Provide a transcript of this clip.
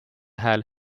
hääl